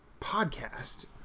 podcast